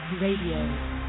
Radio